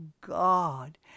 God